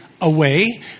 away